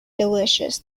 delicious